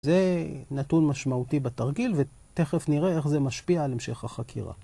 ‫זה נתון משמעותי בתרגיל, ‫ותכף נראה איך זה משפיע ‫על המשך החקירה.